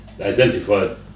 identified